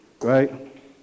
right